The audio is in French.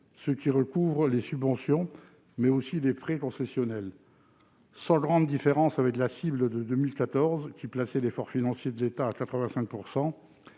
ce qui recouvre les subventions, mais aussi les prêts concessionnels. Sans grande différence avec la cible de 2014 qui plaçait l'effort financier de l'État à 85 %,